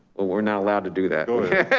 we're not allowed to do that. no.